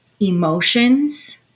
emotions